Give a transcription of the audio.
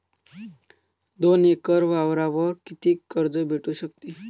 दोन एकर वावरावर कितीक कर्ज भेटू शकते?